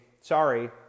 sorry